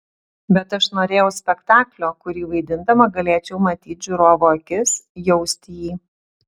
bet aš norėjau spektaklio kurį vaidindama galėčiau matyt žiūrovo akis jausti jį